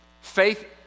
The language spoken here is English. faith